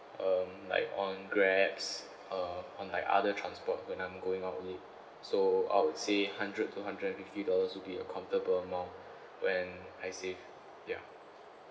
um like on Grab uh or like other transport when I'm going out only so I would say hundred to hundred and fifty dollars would be a comfortable amount when I save ya